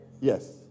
Yes